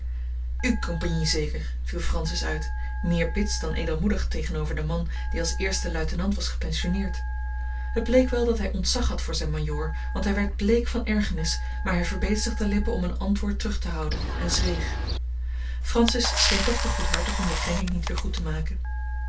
uwe compagnie zeker viel francis uit meer bits dan edelmoedig tegenover den man die als eerste luitenant was gepensionneerd het bleek wel dat hij ontzag had voor zijn majoor want hij werd bleek van ergernis maar hij verbeet zich de lippen om een antwoord terug te houden en zweeg francis scheen toch te goedhartig om de krenking niet weer goed te maken